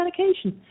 medication